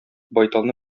байталны